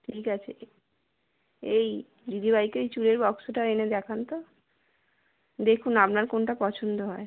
ঠিক আছে এই দিদিভাইকে ওই চূড়ের বাক্সটা এনে দেখান তো দেখুন আপনার কোনটা পছন্দ হয়